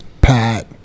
Pat